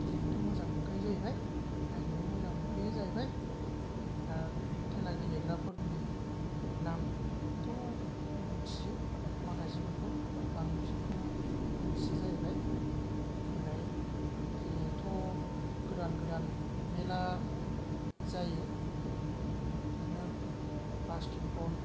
गेलेनोथ' मोजां मोनखायो जाहैबाय नायनोबो मोजां मोनखायो जाहैबाय आर खेला गेलेग्राफोरनि नामफोरखौबोथ' मोन्थियो माखासेफोरखौ बा बांसिनखौनो मोन्थियो जाहैबाय ओमफ्राय खेलायाथ' गोदान गोदान मेरला जायो ओ बिदिनो बास्केट बल